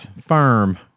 firm